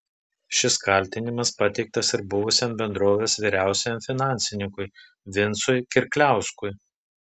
šis kaltinimas pateiktas ir buvusiam bendrovės vyriausiajam finansininkui vincui kirkliauskui